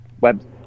web